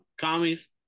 Commies